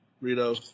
Rito